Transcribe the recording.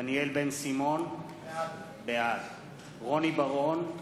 דניאל בן-סימון, בעד רוני בר-און,